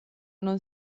non